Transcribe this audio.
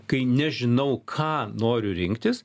kai nežinau ką noriu rinktis